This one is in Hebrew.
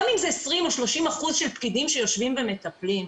גם אם זה 20% או 30% של פקידים שיושבים ומטפלים,